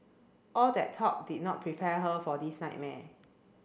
all that talk did not prepare her for this nightmare